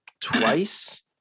twice